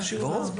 ברור.